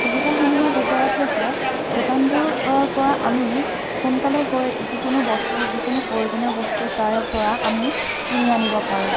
সুবিধাসমূহৰ ভিতৰত হৈছে দোকানবোৰৰ পৰা আমি সোনকালে গৈ যিকোনো বস্তু যিকোনো প্ৰয়োজনীয় বস্তু তাৰে পৰা আমি কিনি আনিব পাৰোঁ